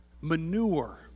manure